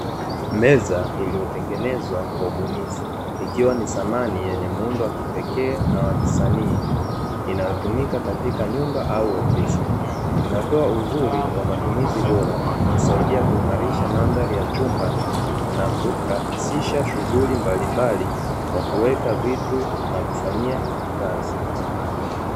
Meza iliyotengenezwa kwa ubunifu, ikiwa ni thamani yenye muundo wa kipekee na wa kisanii, inayotumika katika nyumba au ofisi, inatoa uzuri wa matumizi bora ikisaidia kuimarisha mandhari ya chumba, na kurahisisha shughuli mbalimbali kwa kuweka vitu na kufanyia kazi.